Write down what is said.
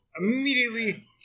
immediately